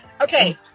Okay